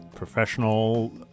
professional